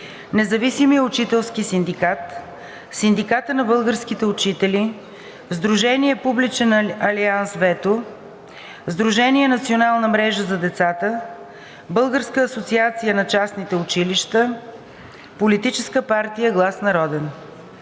Независимия учителски синдикат, Синдиката на българските учители, Сдружение „Публичен алианс ВЕТО“, Сдружение „Национална мрежа за децата“, Българската асоциация на частните училища, Политическа партия „Глас Народен“.